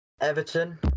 Everton